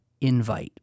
invite